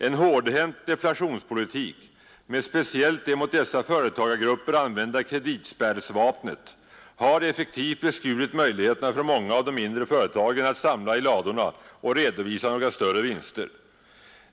En hårdhänt deflationspolitik med speciellt det mot dessa företagargrupper använda kreditspärrsvapnet har effektivt beskurit möjligheterna för många av de mindre företagen att samla i ladorna och redovisa några större vinster.